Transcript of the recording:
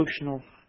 emotional